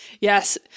yes